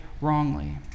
wrongly